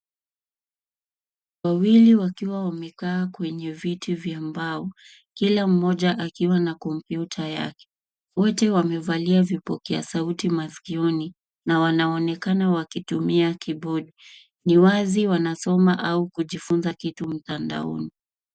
Wawili wakiwa wamekaa kwenye viti vya mbao. Kila mmoja akiwa na kompyuta yake. Wote wamevalia vipokea sauti maskioni na wanaonekana wakitumia kibodi. Ni wazi wanasoma au kujifunza kitu mtandaoni.